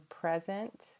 present